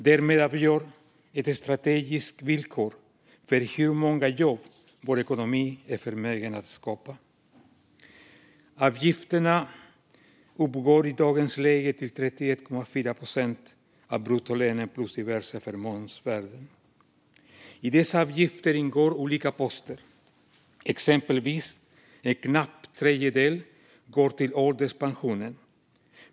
Därmed utgör de ett strategiskt villkor för hur många jobb vår ekonomi är förmögen att skapa. Avgifterna uppgår i dagens läge till 31,4 procent av bruttolönen plus diverse förmånsvärden. I dessa avgifter ingår olika poster. Exempelvis går en knapp tredjedel till ålderspensionen.